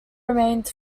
remained